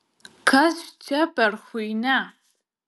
kas čia per chuinia